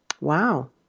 Wow